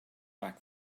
back